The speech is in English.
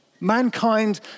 Mankind